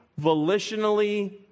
volitionally